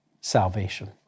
salvation